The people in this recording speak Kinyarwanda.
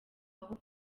aho